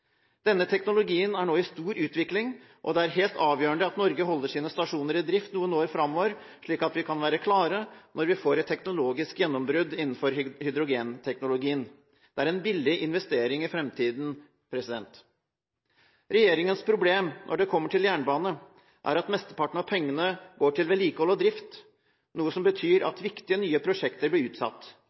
Denne teknologien er nå i stor utvikling, og det er helt avgjørende at Norge holder sine stasjoner i drift i noen år framover, slik at vi kan være klare når vi får et teknologisk gjennombrudd innenfor hydrogenteknologien. Det er en billig investering i framtiden. Regjeringens problem når det kommer til jernbane, er at mesteparten av pengene går til vedlikehold og drift, noe som betyr at viktige nye prosjekter blir utsatt.